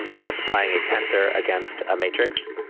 and multiplying a tensor against a matrix.